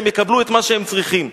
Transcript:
הם יקבלו את מה שהם צריכים.